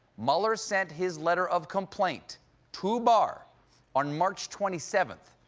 mueller sent his letter of complaint to barr on march twenty seven.